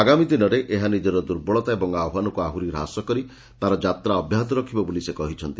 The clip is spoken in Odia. ଆଗାମୀ ଦିନରେ ଏହା ନିଜର ଦୁର୍ବଳତା ଓ ଆହ୍ୱାନକୁ ଆହୁରି ହ୍ରାସ କରି ତାର ଯାତ୍ରା ଅବ୍ୟାହତ ରଖିବ ବୋଲି ସେ କହିଛନ୍ତି